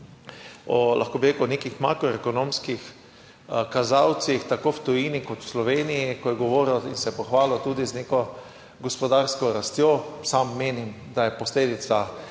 o lahko bi rekel, nekih makroekonomskih kazalcih tako v tujini kot v Sloveniji. Ko je govoril in se je pohvalil tudi z neko gospodarsko rastjo, sam menim, da je posledica